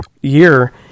year